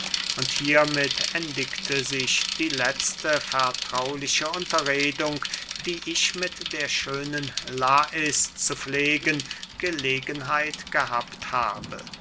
und hiermit endigte sich die letzte vertrauliche unterredung die ich mit der schönen lais zu pflegen gelegenheit gehabt habe